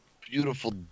Beautiful